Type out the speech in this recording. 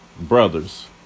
brothers